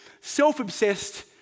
self-obsessed